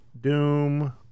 Doom